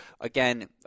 again